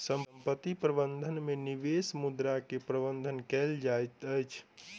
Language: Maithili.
संपत्ति प्रबंधन में निवेश मुद्रा के प्रबंधन कएल जाइत अछि